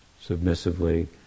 submissively